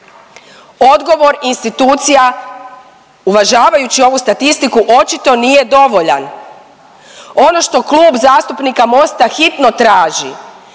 Odgovor institucija uvažavajući ovu statistiku očito nije dovoljan. Ono što Klub zastupnika MOST-a hitno traži